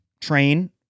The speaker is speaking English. train